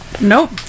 Nope